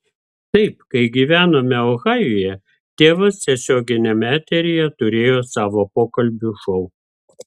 taip kai gyvenome ohajuje tėvas tiesioginiame eteryje turėjo savo pokalbių šou